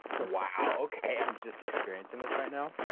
wow, okay, i'm just experiencing this right now?